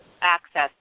access